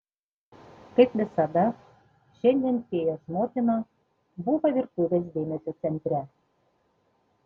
kaip visada šiandien fėjos motina buvo virtuvės dėmesio centre